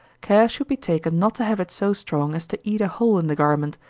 care should be taken not to have it so strong as to eat a hole in the garment,